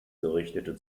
gerichtete